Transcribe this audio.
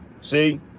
See